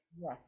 Yes